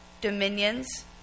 dominions